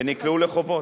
ונקלעו לחובות.